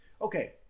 Okay